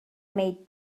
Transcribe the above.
made